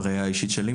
בראייה האישית שלי,